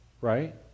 Right